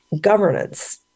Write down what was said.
governance